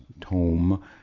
tome